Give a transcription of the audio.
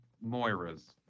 Moira's